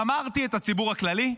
גמרתי את הציבור הכללי.